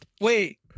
Wait